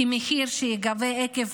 כי המחיר שייגבה עקב